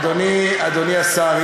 אדוני השר,